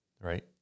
right